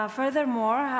furthermore